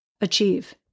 achieve